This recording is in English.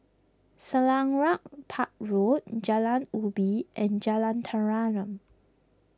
Selarang Park Road Jalan Ubi and Jalan Tenteram